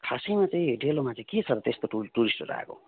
खासैमा चाहिँ डेलोमा चाहिँ के छ र त्यस्तो टु टुरिस्टहरू आएको